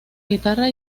guitarra